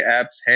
apps